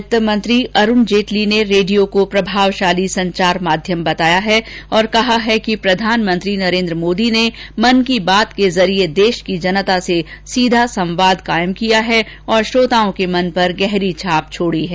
वित्त मंत्री अरूण जेटली ने रेडियो को प्रभावशाली संचार माध्यम बताया है और कहा है कि प्रधानमंत्री नरेन्द्र मोदी ने मन की बात के जरिये देश की जनता से सीधा संवाद कायम किया है तथा श्रोताओं के मन पर गहरी छाप छोडी है